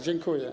Dziękuję.